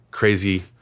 crazy